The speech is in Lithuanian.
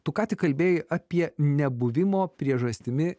tu ką tik kalbėjai apie nebuvimo priežastimi